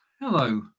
hello